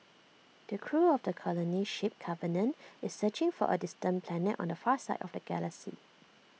the crew of the colony ship covenant is searching for A distant planet on the far side of the galaxy